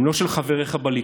הם לא של חבריך בליכוד.